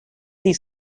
these